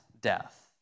death